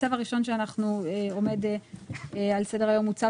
הצו הראשון שעומד על סדר היום הוא צו